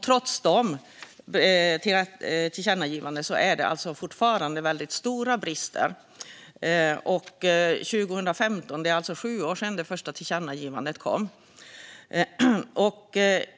Trots dessa tillkännagivanden finns fortfarande stora brister. Det är alltså sju år sedan det första tillkännagivandet gjordes.